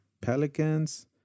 Pelicans